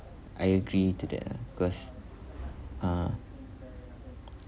I agree to that ah because uh